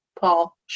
Paul